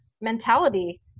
mentality